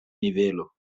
nivelo